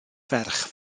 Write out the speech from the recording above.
ferch